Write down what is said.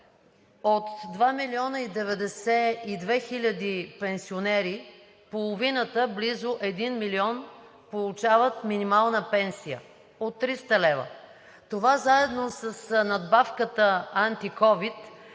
От 2 млн. 92 хил. пенсионери половината, близо 1 милион получават минимална пенсия от 300 лв. Това заедно с надбавката антиковид